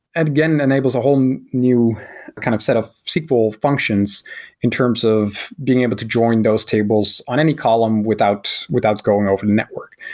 again, enables a whole um new kind of set of sql functions in terms of being able to join those tables on any column without without going over the network,